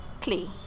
clay